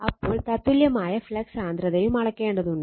അപ്പോൾ തത്തുല്യമായ ഫ്ലക്സ് സാന്ദ്രതയും അളക്കേണ്ടതുണ്ട്